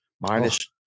Minus